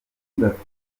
ntibafite